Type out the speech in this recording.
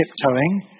tiptoeing